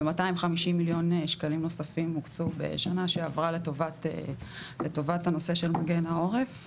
ו-250 מיליון שקלים נוספים הוקצו בשנה שעברה לטובת הנושא של מגן העורף.